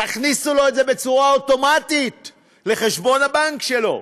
תכניסו לו את זה בצורה אוטומטית לחשבון הבנק שלו.